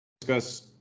discuss